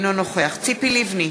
אינו נוכח ציפי לבני,